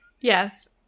Yes